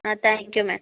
thank you madam